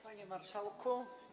Panie Marszałku!